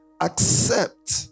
accept